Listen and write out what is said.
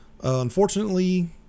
unfortunately